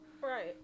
Right